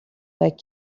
that